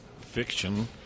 fiction